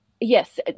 yes